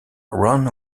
ron